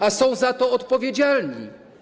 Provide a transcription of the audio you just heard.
A są za to odpowiedzialni.